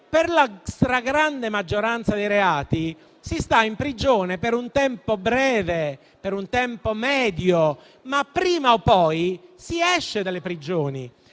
per la stragrande maggioranza dei reati, si sta in prigione per un tempo medio-breve, ma prima o poi si esce dalle prigioni.